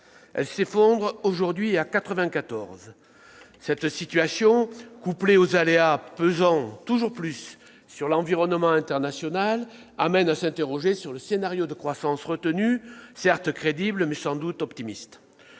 elle s'effondre aujourd'hui à 94 ! Cette situation, couplée aux aléas pesant toujours plus sur l'environnement international, amène à s'interroger sur le scénario de croissance retenu, certes crédible, mais sans doute optimiste.